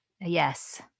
Yes